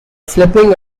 slipping